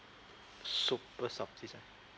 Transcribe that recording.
super subsidised